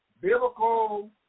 Biblical